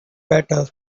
better